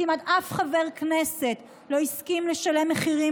כמעט אף חבר כנסת לא הסכים לשלם מחירים,